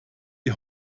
die